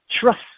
Trust